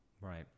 right